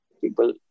people